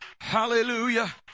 Hallelujah